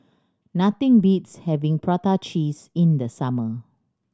nothing beats having prata cheese in the summer